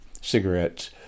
Cigarettes